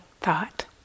thought